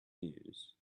news